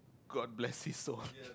God bless this one